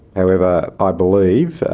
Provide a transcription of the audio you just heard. however, i believe,